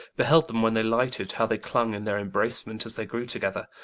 beheld them when they lighted, how they clung in their embracement, as they grew together,